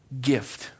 gift